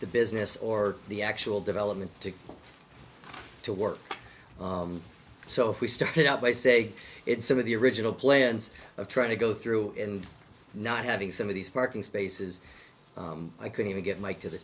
the business or the actual development to to work so we started out by say it some of the original plans of trying to go through and not having some of these parking spaces i couldn't even get mike to the